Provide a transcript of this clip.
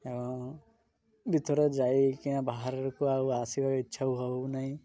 ଏବଂ ଭିତରେ ଯାଇକିନା ବାହାରକୁ ଆଉ ଆସିବା ଇଚ୍ଛା ହେଉନାହିଁ